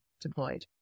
deployed